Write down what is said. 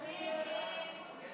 הצעת סיעת מרצ להביע אי-אמון